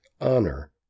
honor